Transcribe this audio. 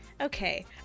okay